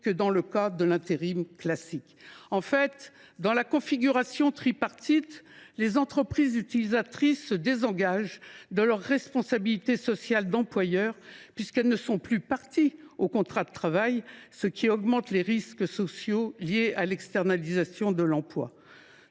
que dans le cas de l’intérim classique ». En fait, dans la configuration tripartite, les entreprises utilisatrices se désengagent de leur responsabilité sociale d’employeur puisqu’elles ne sont plus parties au contrat de travail, ce qui augmente les risques sociaux liés à l’externalisation de l’emploi.